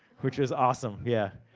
which was awesome. yeah